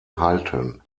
halten